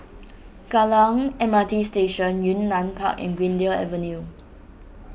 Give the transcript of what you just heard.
Kallang M R T Station Yunnan Park and Greendale Avenue